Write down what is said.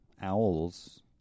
owls